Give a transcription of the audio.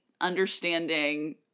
understanding